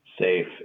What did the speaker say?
safe